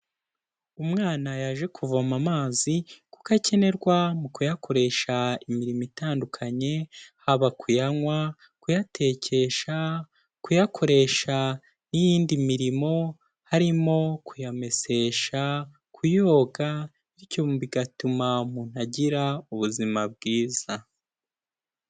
Umwana yaje kuvoma amazi kuko akenerwa mu kuyakoresha imirimo itandukanye, haba kuyanywa, kuyatekesha, kuyakoresha n'iyindi mirimo, harimo kuyamesesha kuyoga, bityo bigatuma umuntu agira ubuzima bwiza.